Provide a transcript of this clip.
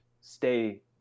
stay